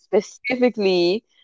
specifically